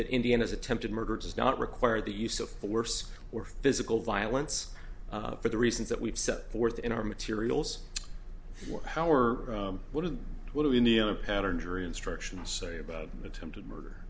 that india has attempted murder does not require the use of force or physical violence for the reasons that we've set forth in our materials for how or what is what do we need in a pattern jury instructions say about attempted murder